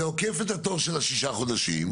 זה עוקף את התור של השישה חודשים,